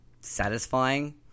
satisfying